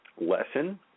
lesson